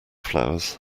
flowers